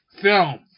film